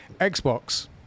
Xbox